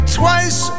twice